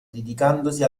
dedicandosi